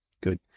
good